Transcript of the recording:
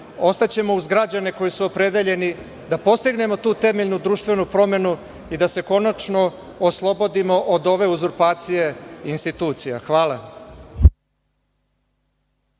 ostaćemo uz građane koji su opredeljeni da postignemo tu temeljnu društvenu promenu i da se konačno oslobodimo od ove uzurpacije institucija. Hvala.